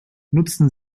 nutzen